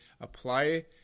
apply